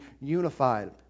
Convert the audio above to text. unified